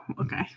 okay